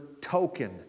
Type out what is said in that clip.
token